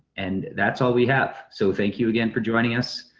and that's all we have. so thank you again for joining us,